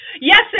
Yes